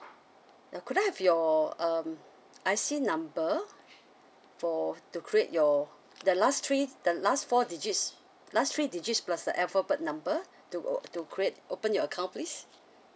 uh could I have your um I_C number for to create your the last three the last four digits last three digits plus the alphabet number to to create open your account please